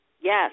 Yes